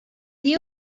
you